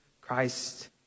Christ